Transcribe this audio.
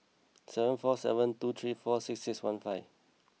seven four seven two three four six six one five